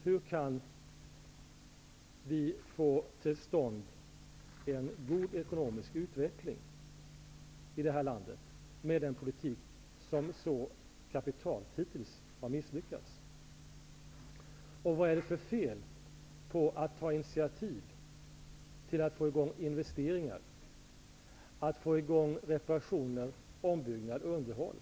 Hur kan vi få till stånd en god ekonomisk utveckling i detta land med en politik som hittills har misslyckats så kapitalt? Vad är det för fel på att ta initiativ till att få i gång investeringar, reparationer, ombyggnad och underhåll?